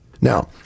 Now